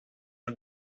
are